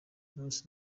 knowless